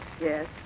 Yes